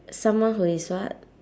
someone who is what